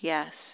Yes